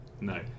no